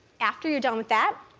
after you're done with that,